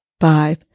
five